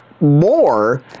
more